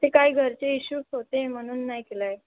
ते काय घरचे इश्यूज होते म्हणून नाही केलं आहे